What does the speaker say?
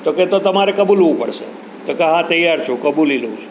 તો કહે તો તમારે કબૂલવું પડશે તો કહે હા તૈયાર છું કબૂલી લઉં છું